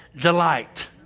delight